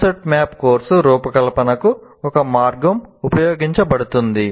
concept map course రూపకల్పనకు ఒక మార్గంగా ఉపయోగించబడుతుంది